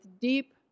deep